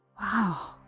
wow